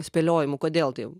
spėliojimų kodėl taip